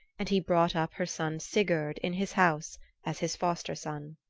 and he brought up her son sigurd in his house as his fosterson.